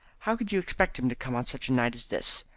how could you expect him to come on such a night as this?